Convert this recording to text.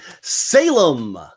Salem